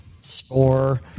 store